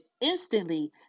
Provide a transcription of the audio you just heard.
instantly